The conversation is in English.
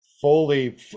fully